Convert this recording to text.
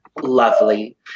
lovely